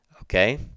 okay